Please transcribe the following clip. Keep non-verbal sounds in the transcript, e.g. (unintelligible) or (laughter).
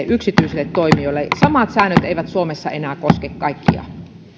(unintelligible) yksityisille toimijoille samat säännöt eivät suomessa enää koske kaikkia